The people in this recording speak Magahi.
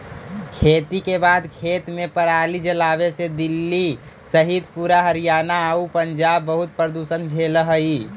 खेती के बाद खेत में पराली जलावे से दिल्ली सहित पूरा हरियाणा आउ पंजाब बहुत प्रदूषण झेलऽ हइ